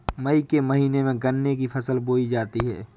मई के महीने में गन्ना की फसल बोई जाती है